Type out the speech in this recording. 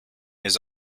his